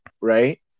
right